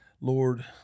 Lord